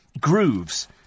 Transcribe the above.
grooves